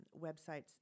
websites